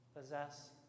possess